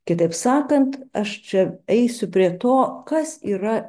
kitaip sakant aš čia eisiu prie to kas yra